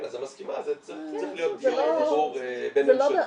כן אז מסכימה זה צריך להיות דיבור בין ממשלתי.